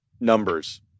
numbers